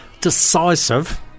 decisive